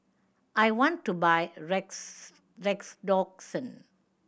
I want to buy Rex Redoxon